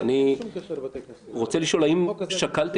אני עדיין מחכה